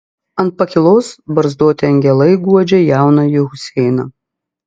ant pakylos barzdoti angelai guodžia jaunąjį huseiną